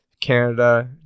Canada